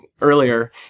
earlier